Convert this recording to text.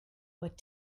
what